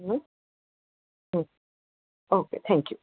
हां okay okay thank you